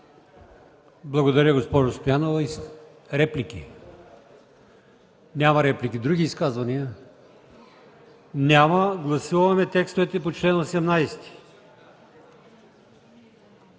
Благодаря, госпожо Стоянова. Реплики? Няма реплики. Други изказвания? Няма. Гласуваме текстовете по чл. 18.